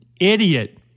idiot